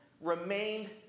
remained